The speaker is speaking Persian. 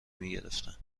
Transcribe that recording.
میگرفتن